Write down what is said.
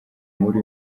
muri